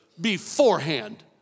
beforehand